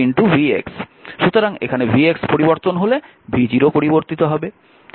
সুতরাং এখানে vx পরিবর্তন হলে v0 পরিবর্তিত হবে